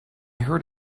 heard